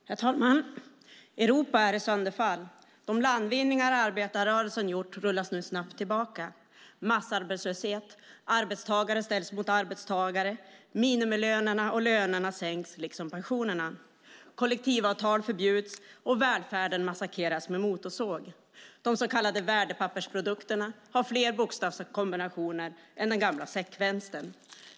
Herr talman! Europa är i sönderfall. De landvinningar som arbetarrörelsen har gjort rullas nu snabbt tillbaka: massarbetslöshet, arbetstagare ställs mot arbetstagare, minimilönerna och lönerna sänks liksom pensionerna, kollektivavtal förbjuds, välfärden massakreras med motorsåg. De så kallade värdepappersprodukterna har fler bokstavskombinationer än den gamla sektvänstern.